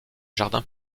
jardins